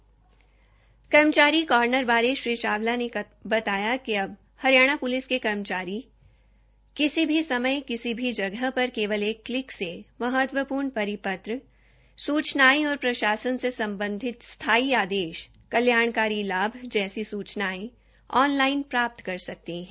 कर्मचारी कर्मचारी कर्मचारी श्री चावला ने बताया कि अब हरियाणा के कर्मचारी किसी भी समय किसी भी जगह केवल एक क्ल्क से महत्वपूर्ण परिपत्र सूचनायें और प्रशासन से सम्बधित स्थायी आदेश कल्याकारी लाभ जैसी सूचनायें ऑनलाइन प्राप्त कर सकते है